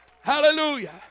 Hallelujah